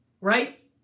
right